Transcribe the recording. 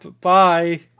Bye